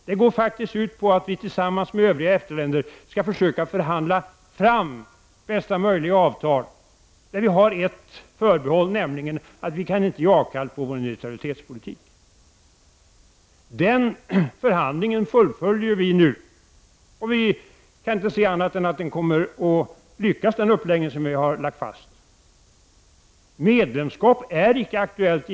Det går faktiskt ut på att vi tillsammans med övriga EFTA-länder skall försöka förhandla fram bästa möjliga avtal där vi har ett förbehåll, nämligen att vi inte kan ge avkall på vår neutralitetspolitik. Förhandlingen fullföljer vi nu. Vi kan inte se annat än att den uppläggning som har lagts fast kommer att lyckas. Medlemskap i EG är icke aktuellt.